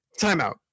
timeout